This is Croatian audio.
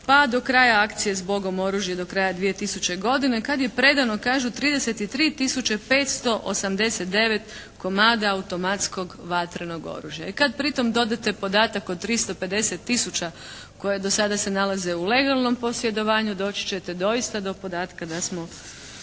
pa do kraja akcije «zbogom oružje» do kraja 2000. godine kad je predano kažu 33 tisuće 589 komada automatskog vatrenog oružja. I kad pri tom dodate podatak od 350 tisuća koje do sada se nalaze u legalnom posjedovanju doći ćete doista do podatka da smo